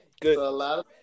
Good